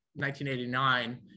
1989